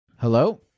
Hello